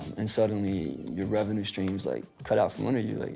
and suddenly your revenue streams, like cut off from under you, like,